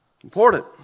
Important